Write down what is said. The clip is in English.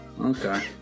Okay